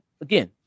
again